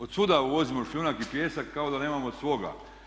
Od svuda uvozimo šljunak i pijesak kao da nemamo svoga.